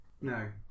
No